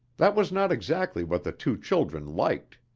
that was not exactly what the two children liked.